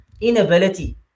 inability